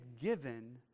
given